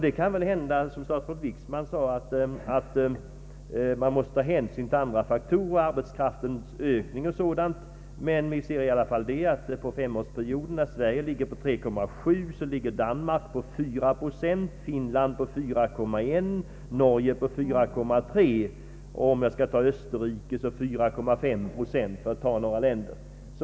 Det kan väl hända, som statsrådet Wickman sade, att man måste ta hänsyn till andra faktorer, arbetskraftens ökning och sådant. Men vi ser i alla fall att under den ifrågavarande femårsperioden ligger Sverige på 3,7 procent. Danmark ligger på 4 procent, Finland på 4,1, Norge på 4,3 och Österrike på 4,5 procent, för att ta några länder.